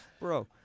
Bro